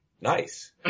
nice